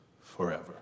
forever